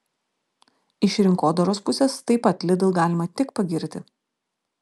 iš rinkodaros pusės taip pat lidl galima tik pagirti